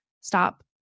stop